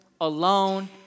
alone